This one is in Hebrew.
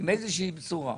איזה שהיא בשורה.